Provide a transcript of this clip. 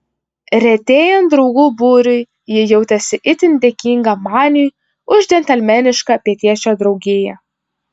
retėjant draugų būriui ji jautėsi itin dėkinga maniui už džentelmenišką pietiečio draugiją